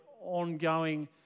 ongoing